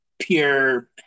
pure